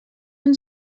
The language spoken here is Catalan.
ens